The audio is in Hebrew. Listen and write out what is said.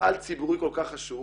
מפעל ציבורי כל כך חשוב